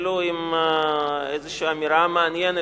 אפילו עם איזושהי אמירה מעניינת,